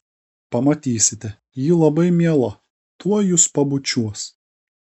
pamatysite ji labai miela tuoj jus pabučiuos